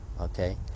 okay